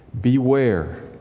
Beware